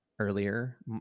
Earlier